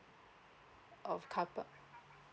of carpark